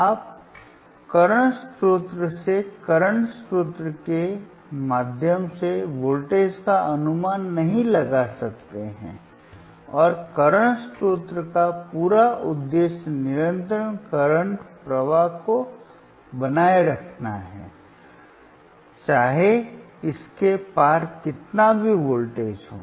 आप करंट स्रोत से करंट स्रोत के माध्यम से वोल्टेज का अनुमान नहीं लगा सकते हैं और करंट स्रोत का पूरा उद्देश्य निरंतर करंट प्रवाह को बनाए रखना है चाहे इसके पार कितना भी वोल्टेज हो